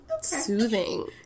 soothing